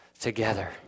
together